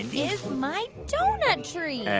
is my doughnut tree? yeah